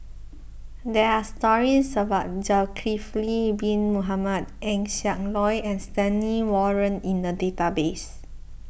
there are stories about Zulkifli Bin Mohamed Eng Siak Loy and Stanley Warren in the database